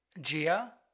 Gia